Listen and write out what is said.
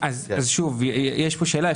יש כאן שאלה.